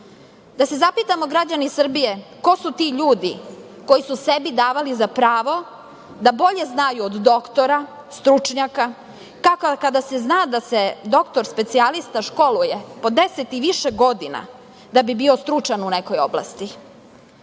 se zapitamo, građani Srbije, ko su ti ljudi koji su sebi davali za pravo da bolje znaju od doktora, stručnjaka, kada se zna da se doktor specijalista školuje po deset i više godina da bi bio stručan u nekoj oblasti.